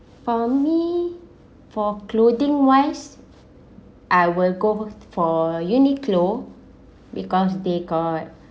for me for clothing wise I will go for Uniqlo because they got